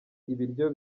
ibiryo